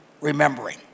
remembering